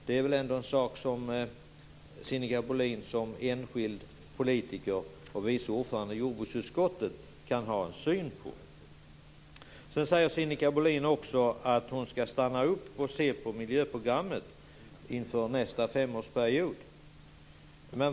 Det är väl ändå en sak som Sinikka Bohlin som enskild politiker och vice ordförande i jordbruksutskottet kan ha en åsikt om. Sedan säger Sinikka Bohlin också att hon skall stanna upp och se på miljöprogrammet inför nästa femårsperiod.